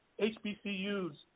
HBCU's